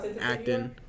acting